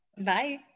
Bye